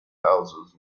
houses